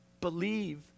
believe